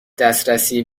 دسترسی